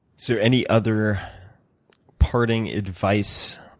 so any other parting advice,